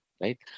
right